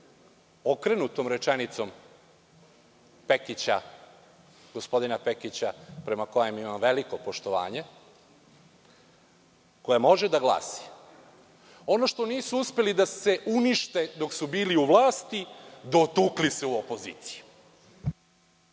okrenutom rečenicom gospodina Pekića, prema kojem imam veliko poštovanje koja može da glasi – ono što nisu uspeli da se unište dok su bili u vlasti, dotukli su u opoziciji.